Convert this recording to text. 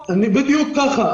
בדיוק כך.